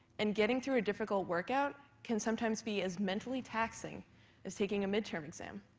and getting through a difficult workout can sometimes be as mentally taxing as taking a midterm exam.